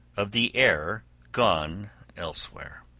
of the heir gone elsewhere